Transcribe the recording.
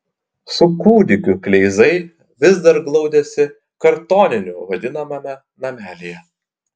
su kūdikiu kleizai vis dar glaudėsi kartoniniu vadinamame namelyje